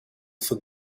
for